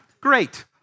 great